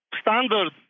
standard